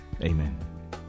amen